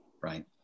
Right